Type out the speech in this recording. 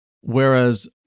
Whereas